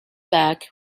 back